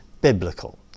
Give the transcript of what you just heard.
biblical